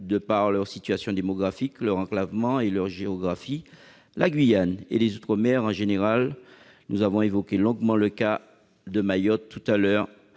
De par leur situation démographique, leur enclavement et leur géographie, la Guyane et les outre-mer en général- nous avons évoqué longuement le cas de Mayotte -sont extrêmement